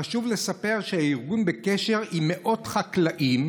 חשוב לספר שהארגון בקשר עם מאות חקלאים